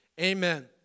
amen